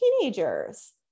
teenagers